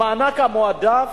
המענק המועדף,